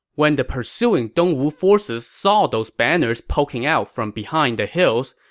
when the pursuing dongwu forces saw those banners poking out from behind the hills,